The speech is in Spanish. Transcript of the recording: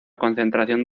concentración